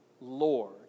Lord